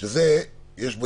שיש בזה היגיון,